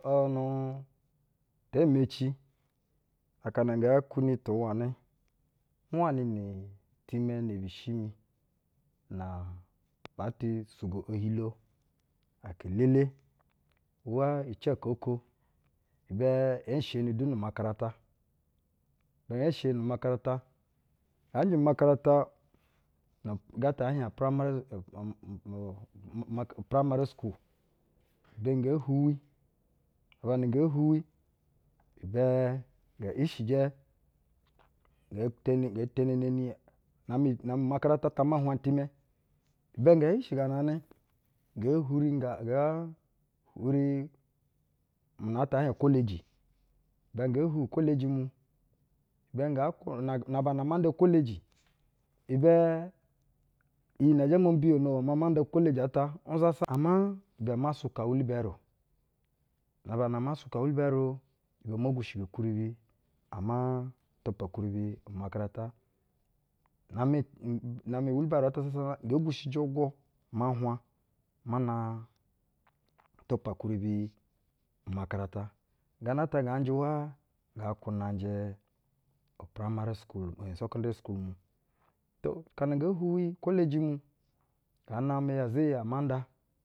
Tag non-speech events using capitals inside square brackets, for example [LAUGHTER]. Ur nu, tee meci, akana nge kwuni tu wanɛ, nwanɛ ni-itimɛ ne bishi mi, na baa tu sugo ohilo aka-elele. Uwa ici aka oko, ibɛ ee nshni du nu umakaranta, ee nsheni nu umakaranta, nga njɛ umakaranta u, ugata ee hieŋ upuramarɛ um um um upuramari skul, ibɛ nge hwuwi, na ban a nge hwuwi, ibv ngɛ ishijɛ, nge teni, nge teneneni, na-amɛ umakarata ato ma uhwa itimɛ. Ibɛ nga ishigananɛ, nge hwuri nga ngaa hwuri mu a ata ɛɛ hieŋ ukoloji. Ibɛ nge hwuwi ukoloji mu, ibv nga, na aba na ama nda ukoloji, ibv iyi nɛ zhv mo mbiyono iwv maa ma nda ukoloji ata, nzasa, ama, ibv ama uwilbayiro, na aba na ama suka uwilbayiro ibv omo gwushigo ukwuribi ama tupa ukwuribi umakarata. Na-amɛ [HESITATION] na-amɛ uwilbayiro ata sasana, nge gwushiji ugwu ma nhwa muna tupa ukwuribi umakarata, gana ata nga njɛ uwa nga kwunaŋjɛ upuramarɛ um usekenderi skulu mu. To, aka na nge hwuwi ukoloji mu, nga namɛ iza iyi ama ndo.